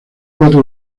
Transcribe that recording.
cuatro